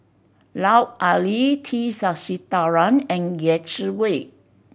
Lut Ali T Sasitharan and Yeh Chi Wei